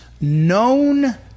known